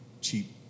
cheap